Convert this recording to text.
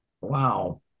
Wow